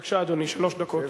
בבקשה, אדוני, שלוש דקות.